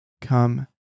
come